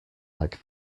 like